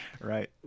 Right